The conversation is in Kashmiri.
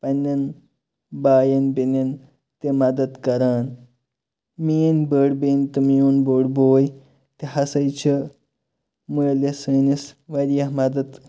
پَنٕنٮ۪ن بایَن بیٚنٮ۪ن تہِ مَدَد کَران میٲنٛۍ بٔڑ بیٚنہِ تہٕ میون بوٚڑ بوے تہِ ہَسا چھُ مٲلِس سٲنِس واریاہ مَدَد